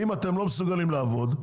אם אתם לא מסוגלים לעבוד,